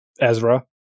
Ezra